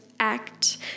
act